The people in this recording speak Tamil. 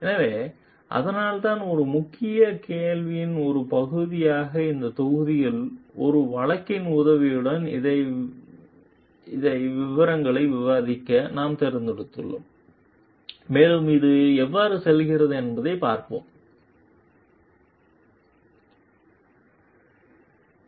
எனவே அதனால்தான் ஒரு முக்கிய கேள்வியின் ஒரு பகுதியாக இந்த தொகுதியில் ஒரு வழக்கின் உதவியுடன் இதை விவரங்களில் விவாதிக்க நாம் தேர்ந்தெடுத்துள்ளோம் மேலும் அது எவ்வாறு செல்கிறது என்பதைப் பார்ப்போம் மூலம்